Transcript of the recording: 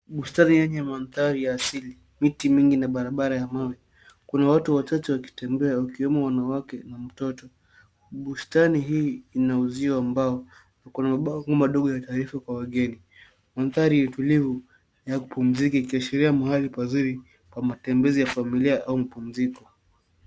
Bustani yenye mandhari ya asili, miti mingi na barabara ya mawe. Kuna watu watatu wakitembea, wakiwemo wanawake na mtoto. Bustani hii ina uzio ambao, uko na ubao huu madogo dhahifu kwa wageni. Mandhari yenye utulivu ya kupumzika, ikiashiria mahali pazuri kwa matembezi ya familia au mapumziko.